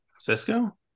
Cisco